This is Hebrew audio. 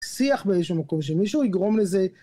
שיח באיזהשהו מקום שמישהו יגרום לזה